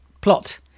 plot